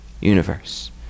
universe